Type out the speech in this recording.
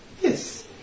Yes